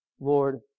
Lord